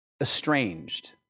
estranged